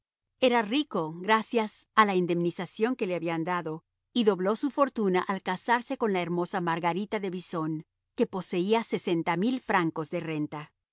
era rico gracias a la indemnización que le habían dado y dobló su fortuna al casarse con la hermosa margarita de bisson que poseía sesenta mil francos de renta